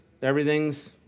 everything's